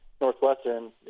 Northwestern